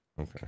okay